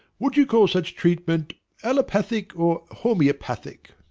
would you call such treatment allopathic or homeopathic?